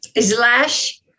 slash